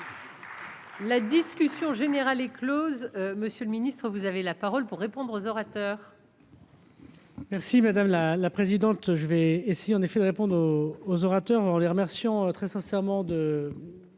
La discussion générale est Close, monsieur le Ministre, vous avez la parole pour répondre aux orateurs. Les. Merci madame la la présidente je vais et si on essaye de répondre aux orateurs en les remercions très sincèrement de